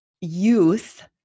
youth